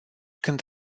când